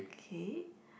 K